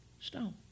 stone